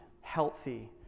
healthy